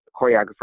choreographer